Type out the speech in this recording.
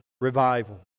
revival